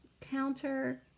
counter